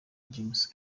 james